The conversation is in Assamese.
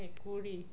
মেকুৰী